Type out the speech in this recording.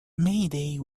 mayday